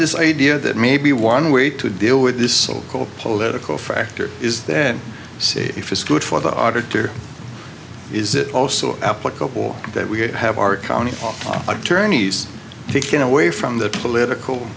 this idea that maybe one way to deal with this so called political factor is then see if it's good for the auditor is it also applicable that we could have our county attorney's taken away from the political